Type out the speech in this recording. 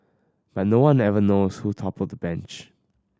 but nobody ever knows who toppled the bench